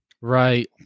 right